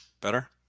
Better